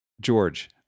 George